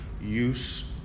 use